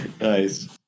Nice